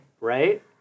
Right